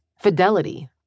fidelity